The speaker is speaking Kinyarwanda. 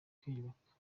kwiyubaka